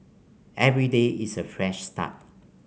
every day is a fresh start